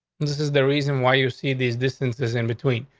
this is the reason why you see these distances in between.